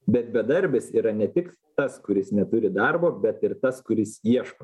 bet bedarbis yra ne tik tas kuris neturi darbo bet ir tas kuris ieško